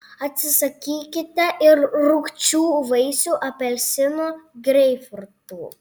atsisakykite ir rūgčių vaisių apelsinų greipfrutų